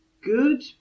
good